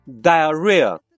diarrhea